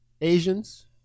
Asians